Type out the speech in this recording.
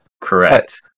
correct